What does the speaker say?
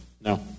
No